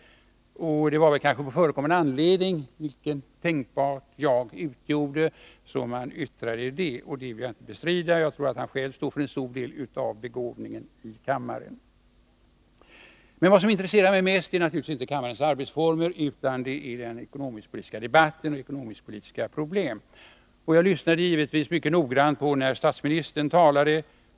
Det var väl kanske på förekommen anledning — jag utgjorde en tänkbar sådan; det vill jag inte bestrida — som han yttrande det. Jag tror att han själv står för en stor del av begåvningen i kammaren. Vad som intresserar mig mest är naturligtvis inte kammarens arbetsformer utan den ekonomisk-politiska debatten och ekonomisk-politiska problem. Jag lyssnade givetvis mycket noga när statsministern talade.